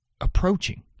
approaching